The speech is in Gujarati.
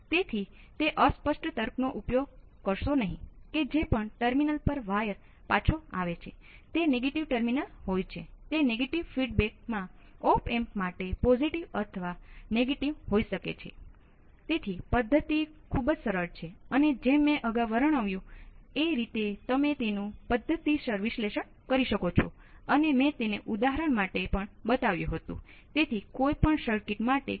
તેથી સૌ પ્રથમ KCLનું ઉલ્લંઘન કરી શકાતું નથી અને ઓપ એમ્પ માં વિદ્યુત પ્રવાહ આ રીત બદલાય છે